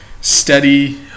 steady